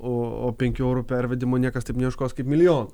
o penkių eurų pervedimo niekas taip ieškos kaip milijono